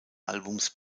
albums